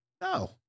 No